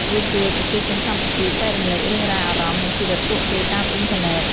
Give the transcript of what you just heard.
វាជួយប្រជាជនកម្ពុជាចែករំលែករឿងរ៉ាវ អារម្មណ៍ និងជីវិតពួកគេតាមអ៊ីនធឺណិត។